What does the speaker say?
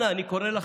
אנא, אני קורא לכם,